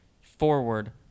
forward